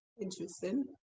interesting